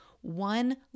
one